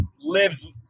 lives